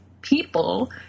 people